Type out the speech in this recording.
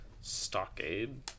Stockade